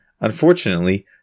Unfortunately